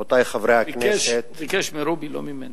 רבותי חברי הכנסת, לא רשום פה